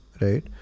Right